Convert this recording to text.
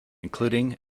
including